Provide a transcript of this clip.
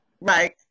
Right